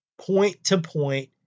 point-to-point